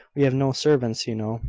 we have no servants, you know,